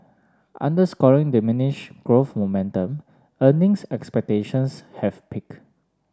underscoring diminish growth momentum earnings expectations have peak